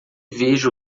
veja